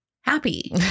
happy